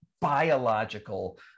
biological